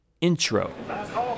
intro